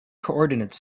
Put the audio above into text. coordinate